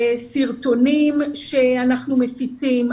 אם אלה סרטונים שאנחנו מפיצים,